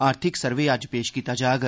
आर्थिक सर्वे अज्ज पेश कीता जाग